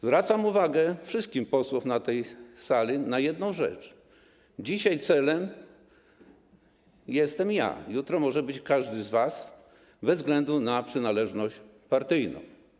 Zwracam uwagę wszystkich posłów na tej sali na jedną rzecz: dzisiaj celem jestem ja, jutro może być każdy z was bez względu na przynależność partyjną.